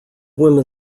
women